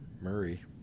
Murray